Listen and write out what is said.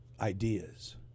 ideas